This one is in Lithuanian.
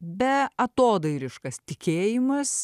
beatodairiškas tikėjimas